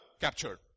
captured